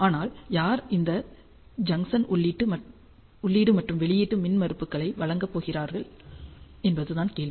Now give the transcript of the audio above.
ஆனால் யார் இந்த ஜங்சன் உள்ளீடு மற்றும் வெளியீட்டு மின்மறுப்புகள் வழங்கப் போகிறார்கள் என்பதுதான் கேள்வி